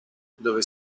dove